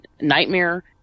nightmare